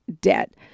debt